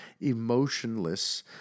emotionless